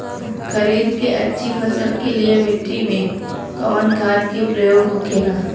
खरीद के अच्छी फसल के लिए मिट्टी में कवन खाद के प्रयोग होखेला?